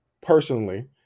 personally